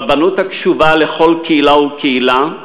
רבנות הקשובה לכל קהילה וקהילה,